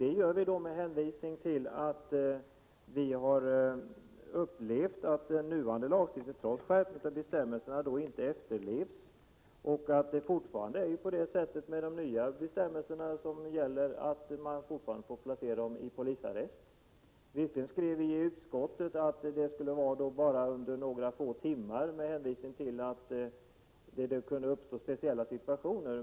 Detta gör vi med hänvisning till att vi har upplevt att den nuvarande lagstiftningen, trots skärpta bestämmelser, inte efterlevs och att det med de nya bestämmelserna fortfarande är tillåtet att placera barn i polisarrest. Visserligen skrev vi i utskottet att detta, med hänvisning till att det kunde uppstå speciella situationer, skulle vara tillåtet för några få timmar.